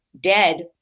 dead